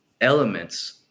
elements